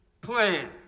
Plan